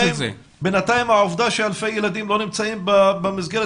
בינתיים העובדה שאלפי ילדים לא נמצאים במסגרת